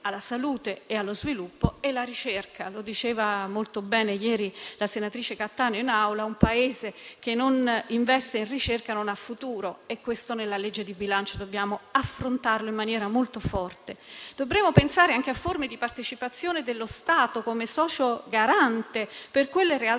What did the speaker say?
alla salute e allo sviluppo. C'è poi la ricerca. Come diceva molto bene ieri la senatrice Cattaneo in Aula, un Paese che non investe in ricerca non ha futuro; questo nella legge di bilancio dobbiamo affrontarlo in maniera molto forte. Dovremo pensare anche a forme di partecipazione dello Stato come socio garante per quelle realtà